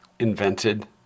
Invented